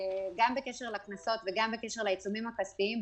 גם בקשר לכניסות וגם בקשר לעיצומים הכספיים,